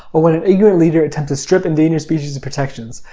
or when an ignorant leader attempts to strip endangered species' protections?